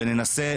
וננסה,